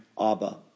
Abba